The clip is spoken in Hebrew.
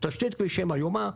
תשתית כבישים איומה.